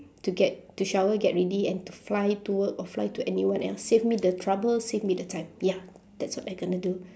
to get to shower get ready and to fly to work or fly to anyone else save me the trouble save me the time ya that's what I gonna do